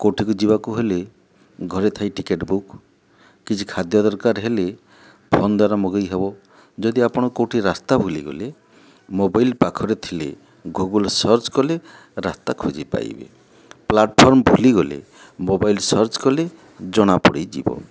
କେଉଁଠିକି ଯିବାକୁ ହେଲେ ଘରେ ଥାଇ ଟିକେଟ୍ ବୁକ୍ କିଛି ଖାଦ୍ୟ ଦରକାର ହେଲେ ଫୋନ୍ ଦ୍ଵାରା ମଗାଇ ହେବ ଯଦି ଆପଣ କେଉଁଠି ରାସ୍ତା ଭୁଲିଗଲେ ମୋବାଇଲ ପାଖରେ ଥିଲେ ଗୁଗୁଲ ସର୍ଚ କଲେ ରାସ୍ତା ଖୋଜି ପାଇବେ ପ୍ଲାଟଫର୍ମ ଭୁଲିଗଲେ ମୋବାଇଲ ସର୍ଚ କଲେ ଜଣାପଡ଼ିଯିବ